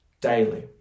daily